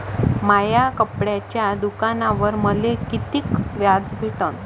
माया कपड्याच्या दुकानावर मले कितीक व्याज भेटन?